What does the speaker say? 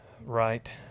right